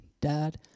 Dad